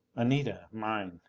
anita, mine.